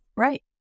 Right